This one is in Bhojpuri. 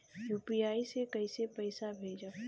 यू.पी.आई से कईसे पैसा भेजब?